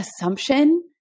assumption